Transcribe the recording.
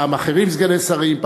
פעם אחרים סגני שרים,